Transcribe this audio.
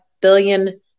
billion